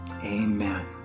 Amen